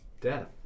Death